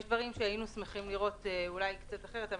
יש דברים שהיינו שמחים לראות קצת אחרת.